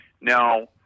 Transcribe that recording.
now